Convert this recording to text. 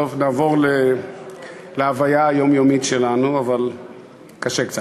טוב, נעבור להוויה היומיומית שלנו, אבל קשה קצת.